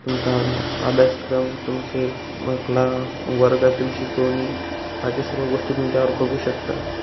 तुमचा अभ्यासक्रम तुमचे मला वर्गातील शिकवणी बाकी सर्व गोष्टी तुम त्यावर बघू शकता